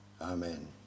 Amen